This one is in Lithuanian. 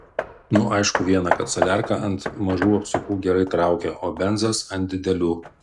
nu aišku viena kad saliarka ant mažų apsukų gerai traukia o benzas ant didelių